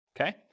okay